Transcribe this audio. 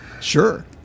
Sure